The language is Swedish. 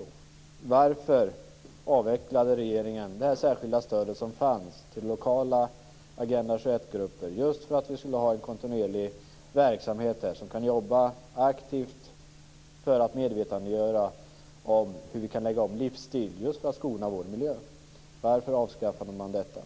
För det första: Varför avvecklade regeringen det särskilda stöd som fanns till lokala Agenda 21 grupper för att upprätthålla en kontinuerlig verksamhet? De kan jobba aktivt för att medvetandegöra oss så att vi lägger om livsstil och skonar vår miljö.